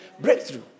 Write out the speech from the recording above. Breakthrough